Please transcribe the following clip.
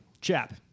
Chap